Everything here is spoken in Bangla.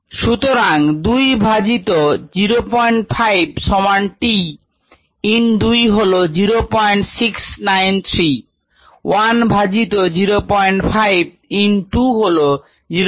সুতরাং ln 2 বাই 05 সমান tln 2 হল 0693 1 বাই 05 ln 2 হল 06